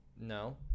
No